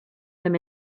them